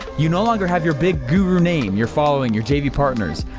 you no longer have your big guru name, your following, your jv partners.